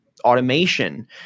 automation